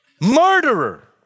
murderer